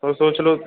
और सोच लो